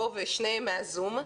ושניהם מהזום.